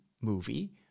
movie